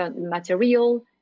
material